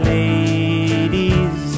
ladies